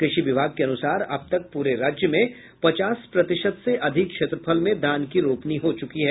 कृषि विभाग के अनुसार अब तक पूरे राज्य में पचास प्रतिशत से अधिक क्षेत्रफल में धान की रोपनी हो चुकी है